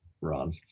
run